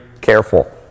careful